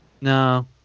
No